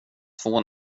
två